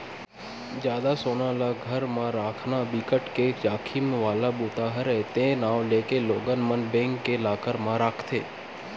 जादा सोना ल घर म राखना बिकट के जाखिम वाला बूता हरय ते नांव लेके लोगन मन बेंक के लॉकर म राखथे